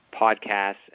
podcasts